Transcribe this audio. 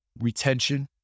retention